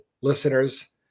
listeners